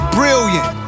brilliant